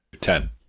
Ten